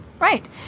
Right